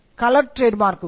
colour trade മാർക്കുകൾ